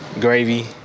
Gravy